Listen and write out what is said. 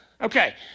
Okay